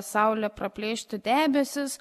saulė praplėšti debesis